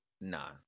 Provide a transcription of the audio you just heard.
Nah